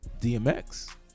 dmx